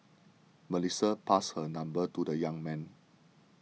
Melissa passed her number to the young man